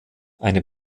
eine